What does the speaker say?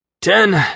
Ten